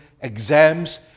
exams